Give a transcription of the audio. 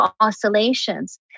oscillations